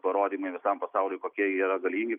parodymai visam pasauliui kokie yra galingi